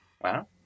wow